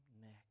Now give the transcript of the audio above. next